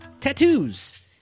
Tattoos